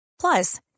Plus